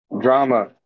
Drama